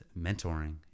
mentoring